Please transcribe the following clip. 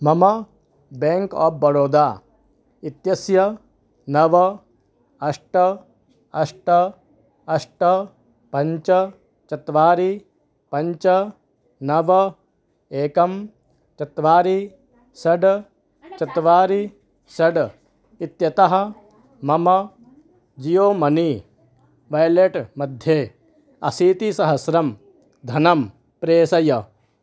मम bank of Baroda इत्यस्य नव अष्ट अष्ट अष्ट पञ्च चत्वारि पञ्च नव एकं चत्वारि षट् चत्वारि षट् इत्यतः मम जियो मनी वेलेट् मध्ये अशीतिसहस्रं धनं प्रेसय